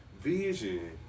vision